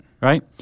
Right